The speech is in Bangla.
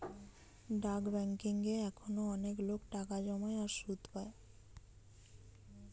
ডাক বেংকিং এ এখনো অনেক লোক টাকা জমায় আর সুধ পায়